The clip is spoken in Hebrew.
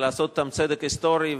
לעשות אתם צדק היסטורי,